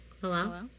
hello